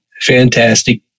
Fantastic